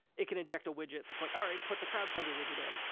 it can inject a widget that's like, all right, put the crowdfunder widget in.